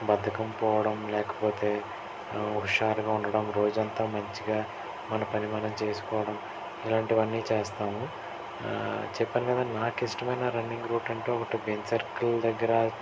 బద్ధకం పోవడం లేకపోతే హుషారుగా ఉండడం రోజంతా మంచిగా మన పని మనం చేసుకోవడం ఇలాంటివన్నీ చేస్తాము చెప్పాను కదా నాకు ఇష్టమైన రన్నింగ్ రూట్ అంటే ఒకటి బెంజ్ సర్కిల్ దగ్గర